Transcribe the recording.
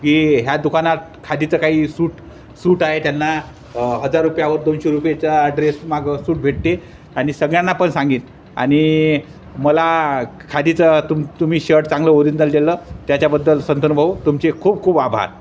की ह्या दुकानात खादीचं काही सूट सूट आहे त्यांना हजार रुपयावर दोनशे रुपयेचा ड्रेस मागं सूट भेटते आणि सगळ्यांना पण सांगीन आणि मला खादीचं तुम तुम्ही शर्ट चांगलं ओरिजनल दिलं त्याच्याबद्दल संतनूभाऊ तुमचे खूप खूप आभार